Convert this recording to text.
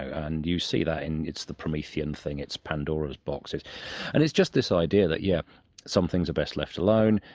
and you see that, and it's the promethean thing, it's pandora's box and it's just this idea that yeah some things are best left alone,